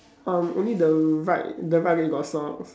um only the right the right leg got socks